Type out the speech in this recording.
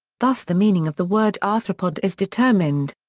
thus the meaning of the word arthropod is determined.